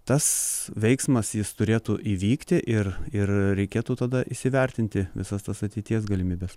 tas veiksmas jis turėtų įvykti ir ir reikėtų tada įsivertinti visas tas ateities galimybes